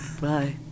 Bye